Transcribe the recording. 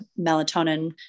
melatonin